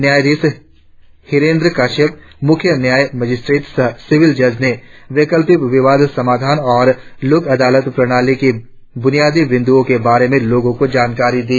न्यायाधीश हिरेंद्र कश्यप मुख्य न्याय मेजिस्ट्रेट सह सिविल जज ने वैकल्पिक विवाद समाधान और लोक अदालत प्रणाली की बुनियादी बिंदुओ के बारे में लोगो को जानकारी दी